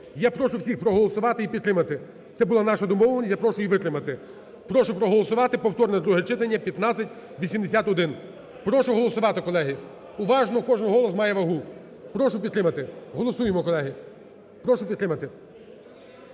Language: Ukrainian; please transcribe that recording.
Я прошу всіх проголосувати і підтримати. Це була наша домовленість, я прошу її витримати. Прошу проголосувати повторне друге читання 1581. Прошу голосувати, колеги. Уважно, кожен голос має вагу. Прошу підтримати. Голосуємо, колеги, прошу підтримати.